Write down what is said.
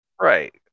Right